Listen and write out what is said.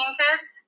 kids